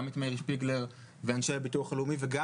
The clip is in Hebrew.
גם את מאיר שפיגלר ואנשי הביטוח הלאומי וגם